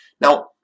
Now